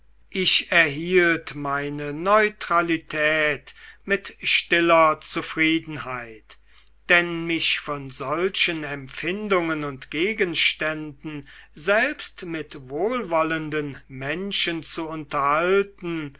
ich erhielt meine neutralität mit stiller zufriedenheit denn mich von solchen empfindungen und gegenständen selbst mit wohlwollenden menschen zu unterhalten